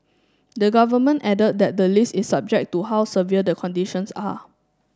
the Government added that the list is subject to how severe the conditions are